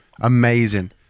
amazing